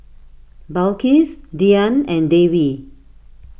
Balqis Dian and Dewi